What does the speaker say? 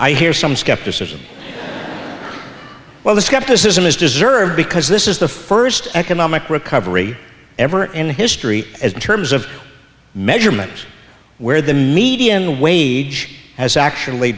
i hear some skepticism well the skepticism is deserved because this is the first economic recovery ever in history as in terms of measurement where the median wage has actually